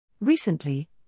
Recently